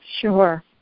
Sure